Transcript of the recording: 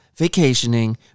vacationing